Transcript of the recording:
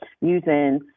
using